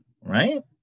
right